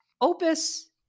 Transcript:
opus